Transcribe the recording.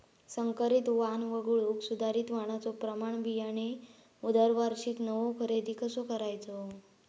संकरित वाण वगळुक सुधारित वाणाचो प्रमाण बियाणे दरवर्षीक नवो खरेदी कसा करायचो?